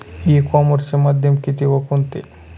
E कॉमर्सचे माध्यम किती व कोणते?